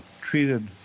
treated